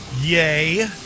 Yay